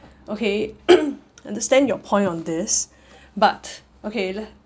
okay understand your point on this but okay